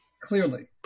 clearly